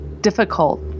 difficult